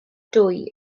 dwy